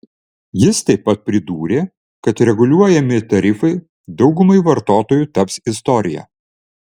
jis taip pat pridūrė kad reguliuojami tarifai daugumai vartotojų taps istorija